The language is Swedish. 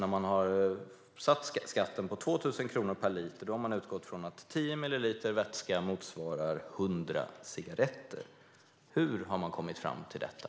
När man beslutade att skatten skulle vara 2 000 kronor per liter har man utgått från att 10 milliliter vätska motsvarar 100 cigaretter. Hur har man kommit fram till detta?